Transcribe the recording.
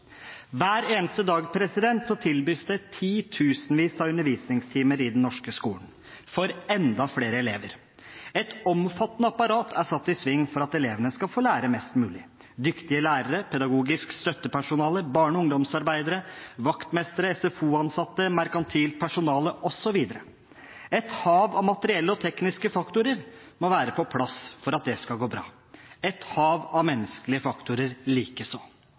Hver eneste dag tilbys det titusenvis av undervisningstimer i den norske skolen, for enda flere elever. Et omfattende apparat er satt i sving for at elevene skal få lære mest mulig – dyktige lærere, pedagogisk støttepersonale, barne- og ungdomsarbeidere, vaktmestere, SFO-ansatte, merkantilt personale osv. Et hav av materielle og tekniske faktorer må være på plass for at det skal gå bra, et hav av menneskelige faktorer